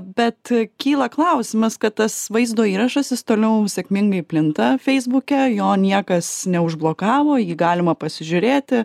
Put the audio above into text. bet kyla klausimas kad tas vaizdo įrašas jis toliau sėkmingai plinta feisbuke jo niekas neužblokavo jį galima pasižiūrėti